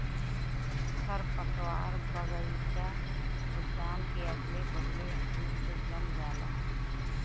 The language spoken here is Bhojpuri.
खरपतवार बगइचा उद्यान के अगले बगले अपने से जम जाला